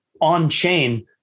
on-chain